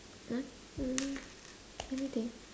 uh let me let me think